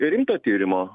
rimto tyrimo